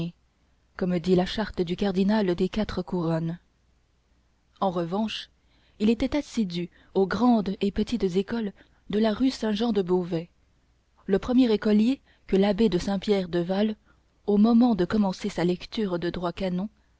comme dit la charte du cardinal des quatre couronnes en revanche il était assidu aux grandes et petites écoles de la rue saint jean de beauvais le premier écolier que l'abbé de saint-pierre de val au moment de commencer sa lecture de droit canon